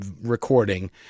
recording